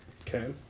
Okay